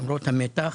למרות המתח